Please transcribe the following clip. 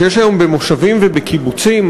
שיש היום במושבים ובקיבוצים,